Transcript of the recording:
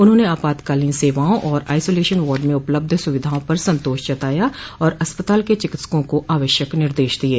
उन्होंने आपातकालीन सेवाओं और आइसोलेशन वार्ड में उपलब्ध सुविधाओं पर संतोष जताया और अस्पताल के चिकित्सकों को आवश्यक निर्देश दिये